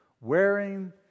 wearing